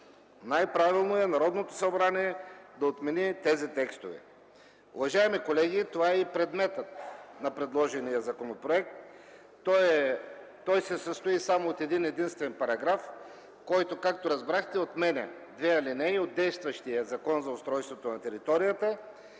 най-правилно е Народното събрание да отмени тези текстове. Уважаеми колеги, това е и предметът на предложения законопроект. Той се състои само от един-единствен параграф, който отменя две алинеи от действащия Закон за устройство на територията.